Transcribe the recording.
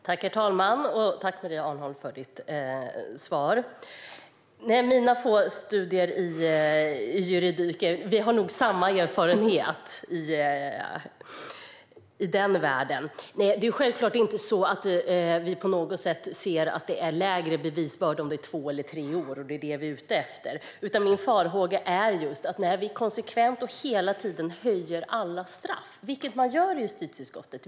Herr talman! Tack, Maria Arnholm, för ditt svar! När det gäller mina studier i juridik får jag säga: Vi har nog samma erfarenhet i den världen. Nej, det är självklart inte så att vi på något sätt ser att det är lägre bevisbörda om det är två år än om det är tre år, och det är det vi är ute efter. Min farhåga gäller just att vi konsekvent och hela tiden höjer alla straff, vilket görs i justitieutskottet.